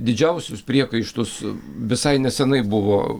didžiausius priekaištus visai nesenai buvo